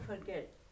forget